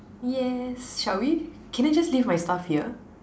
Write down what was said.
yes shall we can I just leave my stuff here